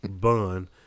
bun